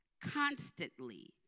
constantly